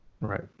Right